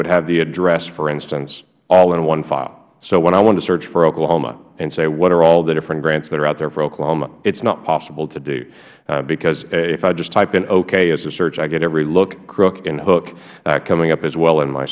would have the address for instance all in one file so when i wanted to search for oklahoma and say what are all the different grants that are out there for oklahoma it is not possible to do because if i just type in ok as a search i get every look crook and hook coming up as well in my